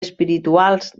espirituals